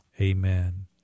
Amen